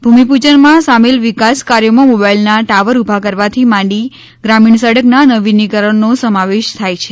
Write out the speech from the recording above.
ભૂમિપૂજનમાં સામેલ વિકાસ કાર્યોમાં મોબાઈલના ટાવર ઊભા કરવાથી માંડી ગ્રામીણ સડકના નવીનીકરણનો સમાવેશ થાય છે